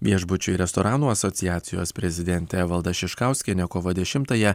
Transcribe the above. viešbučių ir restoranų asociacijos prezidentė evalda šiškauskienė kovo dešimtąją